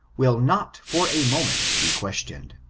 will not for a moment be questioned